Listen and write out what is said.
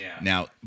Now